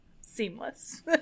seamless